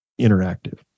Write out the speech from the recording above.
interactive